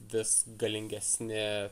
vis galingesni